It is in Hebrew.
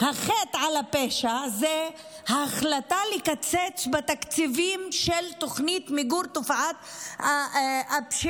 החטא על הפשע זה ההחלטה לקצץ בתקציבים של התוכנית למיגור תופעת הפשיעה,